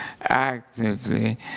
actively